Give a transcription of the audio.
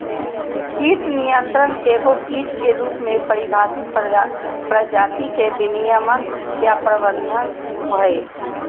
कीट नियंत्रण एगो कीट के रूप में परिभाषित प्रजाति के विनियमन या प्रबंधन हइ